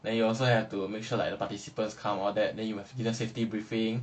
then you also have to make sure like the participants come all that then you give them safety briefing